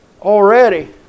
already